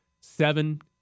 seven